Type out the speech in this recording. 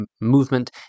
movement